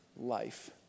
life